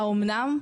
האמנם?